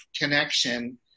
connection